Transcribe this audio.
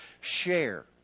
Share